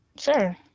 Sure